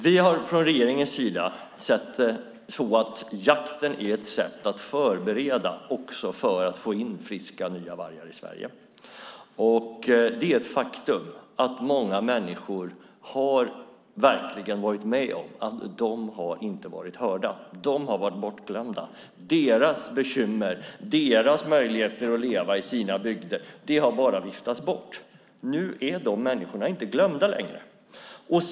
Vi har från regeringens sida sett jakten som ett sätt att förbereda för att få in friska nya vargar i Sverige. Det är ett faktum att många människor inte har varit hörda. De har varit bortglömda. Deras bekymmer och deras möjligheter att leva i sina bygder har bara viftats bort. Nu är de människorna inte glömda längre.